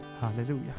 Hallelujah